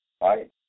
right